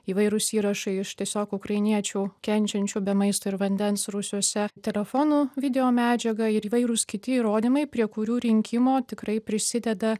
įvairūs įrašai iš tiesiog ukrainiečių kenčiančių be maisto ir vandens rūsiuose telefonų videomedžiaga ir įvairūs kiti įrodymai prie kurių rinkimo tikrai prisideda